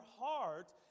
heart